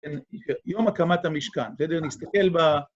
כן, יום הקמת המשכן, בסדר, נסתכל ב...